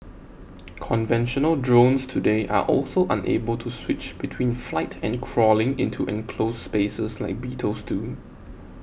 conventional drones today are also unable to switch between flight and crawling into enclosed spaces like beetles do